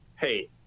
hey